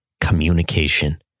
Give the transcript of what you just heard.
communication